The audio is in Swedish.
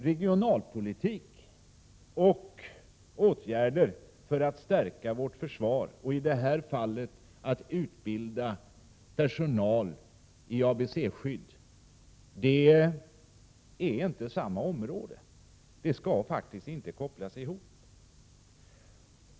Regionalpolitik och åtgärder för att stärka vårt försvar — i detta fall att utbilda personal i ABC-skydd — är inte samma område och skall inte kopplas ihop.